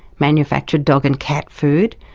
manufactured dog and cat food,